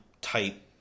type